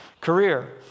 career